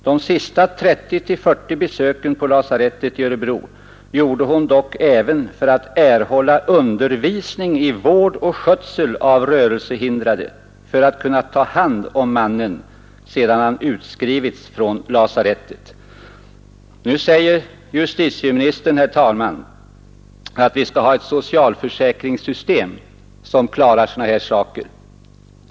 De sista 30-40 besöken på lasarettet i Örebro gjorde hon dock även för att erhålla undervisning i vård och skötsel av rörelsehindrade, för att kunna ta hand om mannen sedan han utskrivits från lasarettet. Nu säger justitieministern, herr talman, att vi skall ha ett socialförsäkringssystem som klarar sådana här saker.